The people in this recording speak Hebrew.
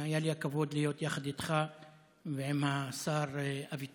היה לי הכבוד להיות יחד איתך ועם השר אביטן,